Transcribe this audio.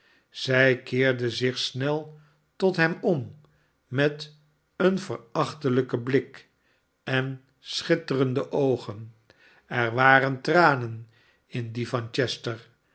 zij keerde zich snel tot hem om met een verachtelijken blik en schitterende oogen er waren tranen in die van chester